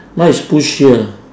mine is push here